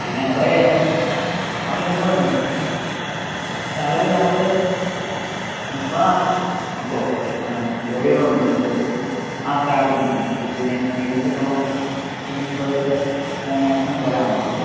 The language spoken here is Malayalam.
പിന്നെ അവിടെ അവിടെ എന്തുകൊണ്ടാണ് നിർത്താൻ കാരണം സാലറി നമ്മൾ മുപ്പത് ആണ് ഇപ്പോൾ ഫ്രഷ് കേറിയത് കൊണ്ട് പിന്നെ നിങ്ങൾ ആ സ്റ്റാർട്ടിങ് പിന്നെ എക്സ്പീരിയൻസ് ഒക്കെ ഉളളത് കൊണ്ട് ഒരു മുപ്പത് വരെ മാക്സിമം തരാം നമുക്ക്